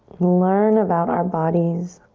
learn about our bodies,